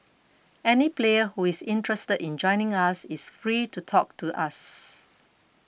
any player who is interested in joining us is free to talk to us